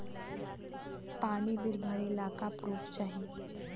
पानी बिल भरे ला का पुर्फ चाई?